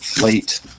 late